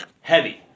heavy